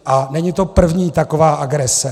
A není to první taková agrese.